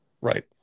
Right